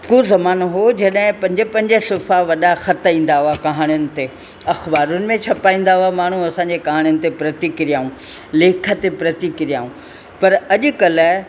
को ज़मानो हो जॾहिं पंज पंज सुफ़ा वॾा ख़त ईंदा हुआ कहाणियुनि ते अख़बारुनि में छपाईंदा हुआ माण्हू असां जी कहाणीअ ते प्रतिक्रियाऊं लेख ते प्रतिक्रियाऊं पर अॼु कल्ह